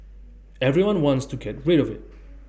everyone wants to get rid of IT